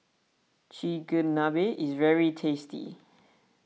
Chigenabe is very tasty